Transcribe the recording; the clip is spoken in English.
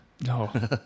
no